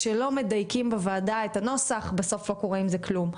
כשלא מדייקים בוועדה את הנוסח בסוף לא קורה עם זה כלום.